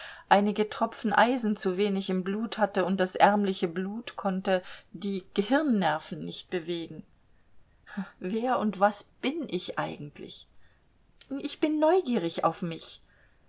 einige tropfen eisen zu wenig im blut hatte und das ärmliche blut konnte die gehirnnerven nicht bewegen wer und was bin ich eigentlich ich bin neugierig auf mich